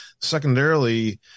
Secondarily